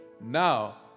Now